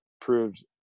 proved